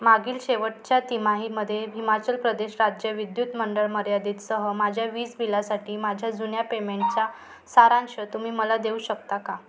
मागील शेवटच्या तिमाहीमध्ये हिमाचल प्रदेश राज्य विद्युत मंडळ मर्यादितसह माझ्या वीज बिलासाठी माझ्या जुन्या पेमेंटचा सारांश तुम्ही मला देऊ शकता का